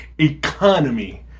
Economy